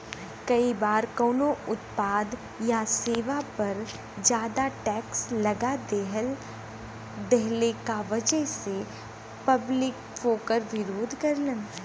कई बार कउनो उत्पाद या सेवा पर जादा टैक्स लगा देहले क वजह से पब्लिक वोकर विरोध करलन